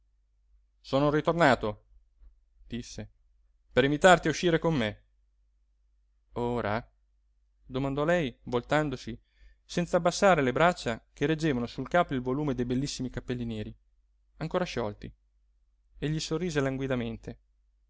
sono ritornato disse per invitarti a uscire con me ora domandò lei voltandosi senz'abbassare le braccia che reggevano sul capo il volume dei bellissimi capelli neri ancora sciolti e gli sorrise